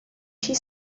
she